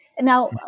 Now